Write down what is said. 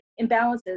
imbalances